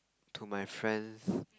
to my friends